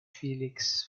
felix